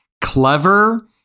clever